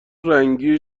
رنگی